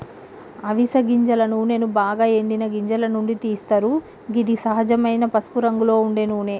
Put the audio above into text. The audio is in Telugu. అవిస గింజల నూనెను బాగ ఎండిన గింజల నుండి తీస్తరు గిది సహజమైన పసుపురంగులో ఉండే నూనె